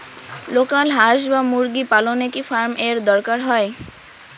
Local হাস বা মুরগি পালনে কি ফার্ম এর দরকার হয়?